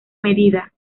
medida